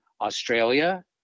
Australia